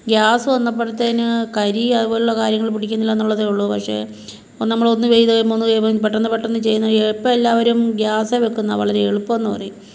gas വന്നപ്പൾത്തേനും കരി അതുപോലുള്ള കാര്യങ്ങൾ പിടിക്കുന്നില്ല എന്നുള്ളതേ ഉള്ളു പക്ഷേ നമ്മൾ ഒന്ന് ചെയ്യുമ്പോൾ ഒന്ന് ചെയ്യുമ്പോൾ പെട്ടന്ന് പെട്ടന്ന് ചെയ്യുന്നത് ഇപ്പം എല്ലാവരും ഗ്യാസ് വെക്കുന്നത് വളരെ എളുപ്പമെന്ന് പറയും